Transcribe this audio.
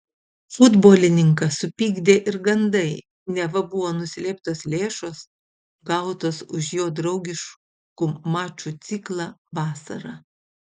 futbolininką supykdė ir gandai neva buvo nuslėptos lėšos gautos už jo draugiškų mačų ciklą vasarą